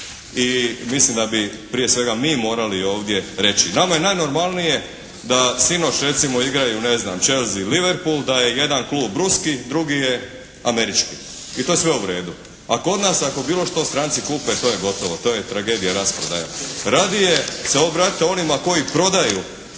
I mislim da bi prije svega mi moralo ovdje reći. Nama je najnormalnije da sinoć recimo igraju ne znam Chelsea i Liverpool, da je jedan klub ruski, drugi je američki. I to je sve u redu. A kod nas ako bilo što stranci kupe to je gotovo, to je tragedija, rasprodaja. Radije se obratite onima koji prodaju